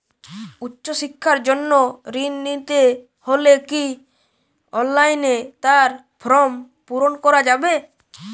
উচ্চশিক্ষার জন্য ঋণ নিতে হলে কি অনলাইনে তার ফর্ম পূরণ করা যাবে?